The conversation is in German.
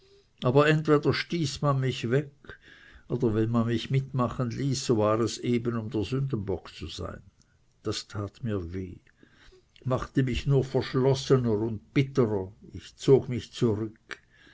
aber entweder stieß man mich weg oder wenn man mich mitmachen ließ so war es eben um der sündenbock zu sein das tat mir weh machte mich nur verschlossener und bitterer ich zog mich zurück